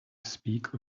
speak